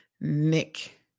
Nick